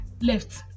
left